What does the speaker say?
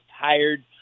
tired